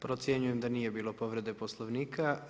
Procjenjujem da nije bilo povrede Poslovnika.